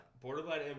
borderline